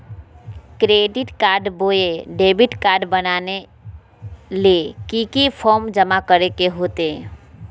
Credit card बोया debit card बनाने ले की की फॉर्म जमा करे होते?